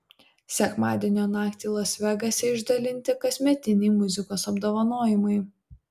sekmadienio naktį las vegase išdalinti kasmetiniai muzikos apdovanojimai